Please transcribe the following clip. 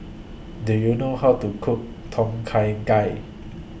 Do YOU know How to Cook Tom Kha Gai